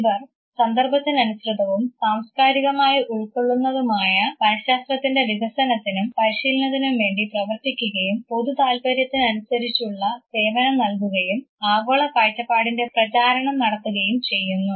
ഇവർ സന്ദർഭത്തിനനുസൃതവും സാംസ്കാരികമായി ഉൾക്കൊള്ളുന്നതുമായ മനഃശാസ്ത്രത്തിൻറെ വികസനത്തിനും പരിശീലനത്തിനും വേണ്ടി പ്രവർത്തിക്കുകയും പൊതുതാൽപര്യത്തിന് അനുസരിച്ചുള്ള സേവനം നൽകുകയും ആഗോള കാഴ്ചപ്പാടിൻറെ പ്രചാരണം നടത്തുകയും ചെയ്യുന്നു